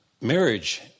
marriage